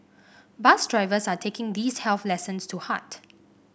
bus drivers are taking these health lessons to heart